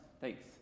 thanks